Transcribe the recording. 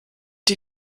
die